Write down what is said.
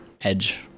edge